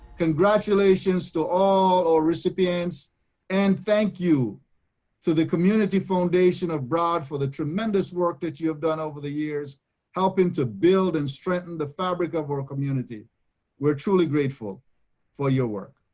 congratulations to all our recipients and thank you to the community foundation of broward for the tremendous work that you have done over the years helping to build and strengthen the fabric of our community we're truly grateful for your work.